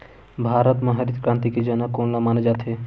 भारत मा हरित क्रांति के जनक कोन ला माने जाथे?